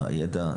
של הידע.